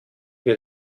wir